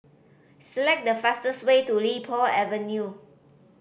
select the fastest way to Li Po Avenue